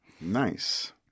Nice